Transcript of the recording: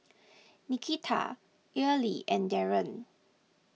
Nikita Earlie and Darron